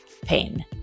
pain